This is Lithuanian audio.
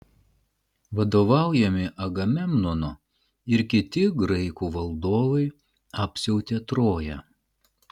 vadovaujami agamemnono ir kiti graikų valdovai apsiautė troją